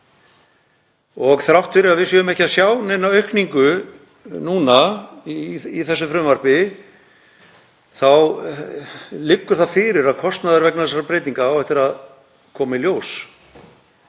Þrátt fyrir að við sjáum ekki neina aukningu í þessu frumvarpi þá liggur fyrir að kostnaður vegna þessara breytinga á eftir að koma í ljós.